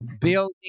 building